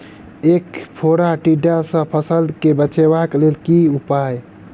ऐंख फोड़ा टिड्डा सँ फसल केँ बचेबाक लेल केँ उपाय?